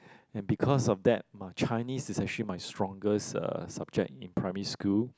and because of that my Chinese is actually my strongest subject in primary school